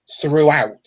throughout